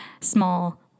small